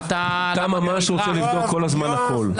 אתה ממש רוצה לבדוק כל הזמן הכול.